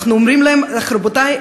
אנחנו אומרים להם: רבותי,